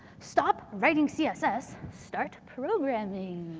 stop writing css. start programming.